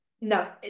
No